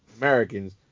Americans